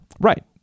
Right